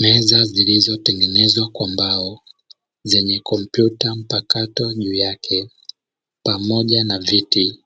Meza zilizotengezwa kwa mbao zenye kompyuta mpakato juu yake pamoja na viti,